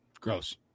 Gross